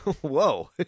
whoa